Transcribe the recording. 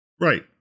Right